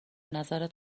نظرت